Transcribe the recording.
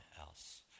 else